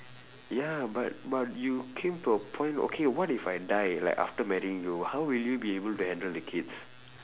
ya but but you came to a point okay what if I die like after marrying you how would you be able to handle the kids